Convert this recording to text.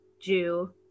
Jew